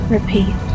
Repeat